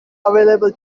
available